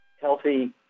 healthy